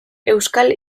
euskal